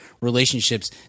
relationships